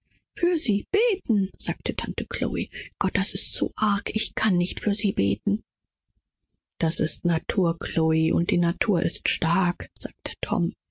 für sie sagte tante chlo o herr das ist zu viel ich kann nicht für sie beten s ist natur chlo und natur ist mächtig sagte tom